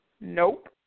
Nope